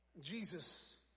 Jesus